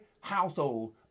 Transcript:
household